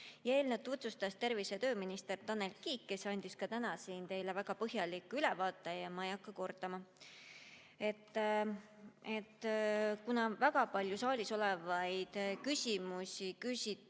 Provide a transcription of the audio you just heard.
Eelnõu tutvustas tervise‑ ja tööminister Tanel Kiik, kes andis ka täna siin teile väga põhjaliku ülevaate, ja ma ei hakka kordama. Kuna väga palju saalis esitatud küsimusi küsiti